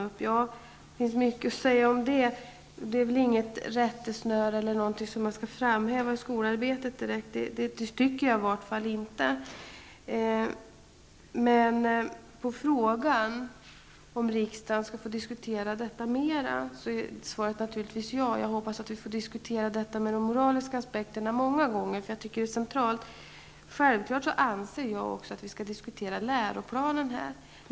Det finns mycket att säga i det sammanhanget. Det finns väl inte något som direkt skall framhävas som ett rättesnöre när det gäller skolarbetet. I varje fall tycker inte jag det. Men på frågan om riksdagen skall få diskutera detta mera är svaret naturligtvis ja. Jag hoppas att vi får tillfälle att diskutera de moraliska aspekterna många gånger, för det här tycker jag är centralt. Självfallet anser jag också att vi skall diskutera läroplanen.